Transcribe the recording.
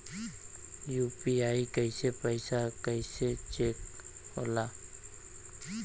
UPI से पैसा कैसे चेक होला?